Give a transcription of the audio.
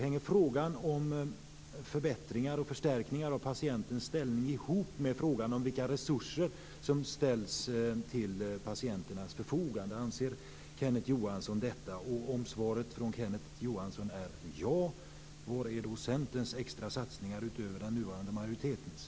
Hänger frågan om förbättringar och förstärkningar av patientens ställning ihop med frågan om vilka resurser som ställs till patienternas förfogande? Anser Kenneth Johansson detta? Om svaret från Kenneth Johansson är ja vill jag veta var Centerns extra satsningar, utöver den nuvarande majoritetens, är.